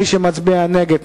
מי שמצביע נגד,